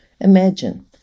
Imagine